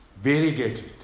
variegated